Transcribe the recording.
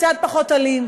קצת פחות אלים,